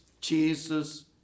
jesus